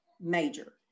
Major